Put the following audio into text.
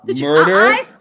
murder